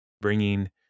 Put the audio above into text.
bringing